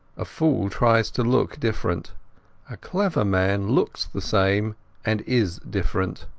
a fool tries to look different a clever man looks the same and is different.